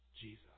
Jesus